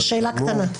שאלה קטנה.